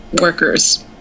workers